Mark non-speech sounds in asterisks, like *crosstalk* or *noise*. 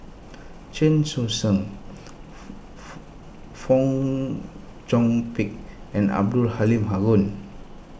Chen Sucheng *noise* Fong Chong Pik and Abdul Halim Haron